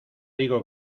digo